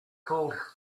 called